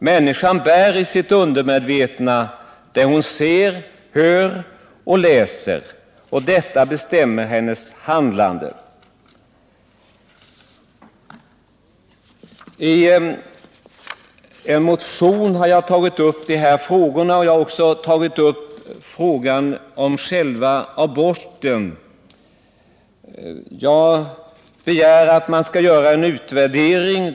Människan bär i sitt undermedvetna det hon ser, hör och läser, och detta bestämmer hennes handlande. I en motion har jag tagit upp dessa frågor. Jag har också tagit upp frågan om själva aborten. Jag begär att man skall göra en utvärdering.